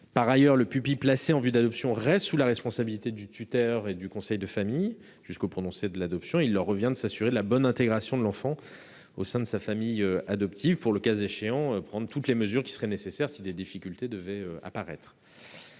Par ailleurs, le pupille placé en vue de l'adoption reste sous la responsabilité du tuteur et du conseil de famille jusqu'au prononcé de l'adoption. Il revient à ces derniers de s'assurer de la bonne intégration de l'enfant au sein de sa famille adoptive et, le cas échéant, de prendre toutes les mesures qui seraient nécessaires si des difficultés venaient à apparaître.